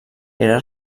era